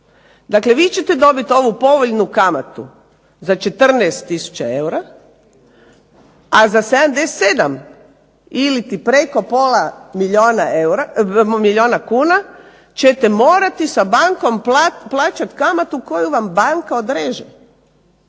Dakle, vi ćete dobit ovu povoljnu kamatu za 14 tisuća eura, a za 77 iliti preko pola milijuna kuna ćete morati sa bankom plaćat kamatu koju vam banka odreže.